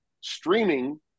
streaming